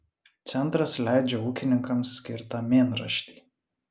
centras leidžia ūkininkams skirtą mėnraštį